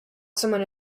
someone